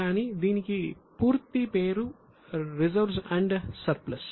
కానీ దీనికి పూర్తి పేరు రిజర్వ్స్ అండ్ సర్ప్లస్